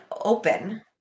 open